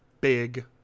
big